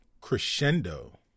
Crescendo